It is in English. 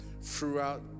throughout